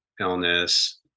illness